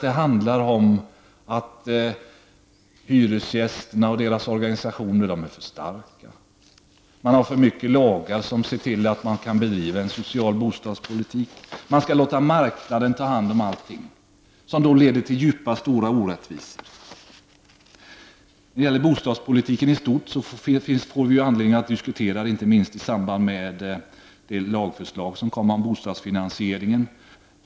De handlar om att hyresgästerna och deras organisationer är för starka. Det finns för många lagar som medger en social bostadspolitik. Man skall låta marknaden ta hand om allting, vilket leder till stora, djupa orättvisor. När det gäller bostadspolitiken i stort får vi anledning att diskutera denna i samband med det lagförslag om bostadsfinansieringen som har lagts fram.